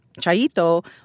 Chaito